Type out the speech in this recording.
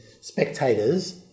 spectators